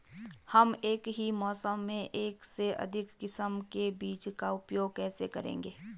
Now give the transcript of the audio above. हम एक ही मौसम में एक से अधिक किस्म के बीजों का उपयोग कैसे करेंगे?